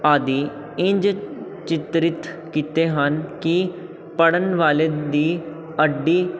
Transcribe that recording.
ਆਦਿ ਇੰਝ ਚਿਤਰਿਤ ਕੀਤੇ ਹਨ ਕਿ ਪੜ੍ਹਨ ਵਾਲੇ ਦੀ ਅੱਡੀ